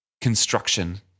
construction